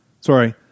Sorry